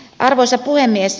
arvoisa puhemies